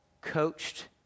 coached